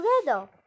together